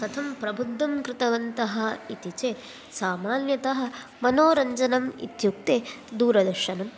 कथं प्रबुद्धं कृतवन्तः इति चेत् सामान्यतः मनोरञ्जनम् इत्युक्ते दूरदर्शनम्